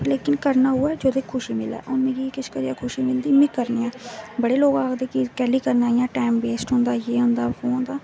लेकिन करना उऐ जेह्दे च खुशी मिलै मिगी किश करियै खुशी मिलदी बड़े लोग बोलदे कि कैल्ली करना इयां टैम वेस्ट होंदा जे होंदा बो होंदा